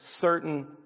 certain